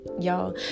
Y'all